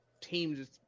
teams